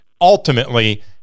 ultimately